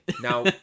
Now